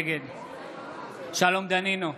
נגד שלום דנינו,